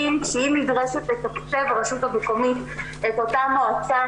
כשהיא נדרשת לתקצב ברשות המקומית את אותה מועצה